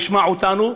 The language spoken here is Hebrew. ישמע אותנו.